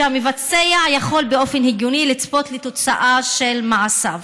כשהמבצע יכול באופן הגיוני לצפות לתוצאה של מעשיו,